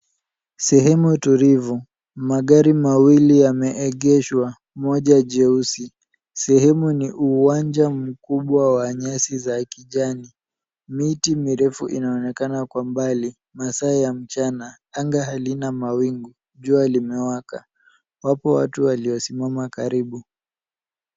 Sehemu tulivu. Magari mawili yameegeshwa moja jeusi. Sehemu ni uwanja mkubwa wa nyasi za kijani. Miti mirefu inaonekana kwa mbali. Masaa ya mchana, anga halina mawingu. Jua limewaka. Wapo watu waliosimama karibu.